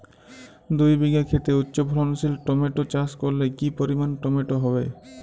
দুই বিঘা খেতে উচ্চফলনশীল টমেটো চাষ করলে কি পরিমাণ টমেটো হবে?